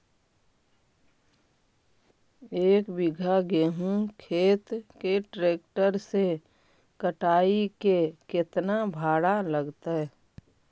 एक बिघा गेहूं के खेत के ट्रैक्टर से कटाई के केतना भाड़ा लगतै?